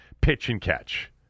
pitch-and-catch